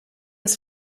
been